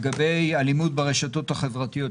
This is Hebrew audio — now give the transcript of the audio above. לגבי אלימות ברשתות החברתיות,